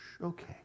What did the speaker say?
okay